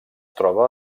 troba